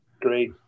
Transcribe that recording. great